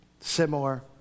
similar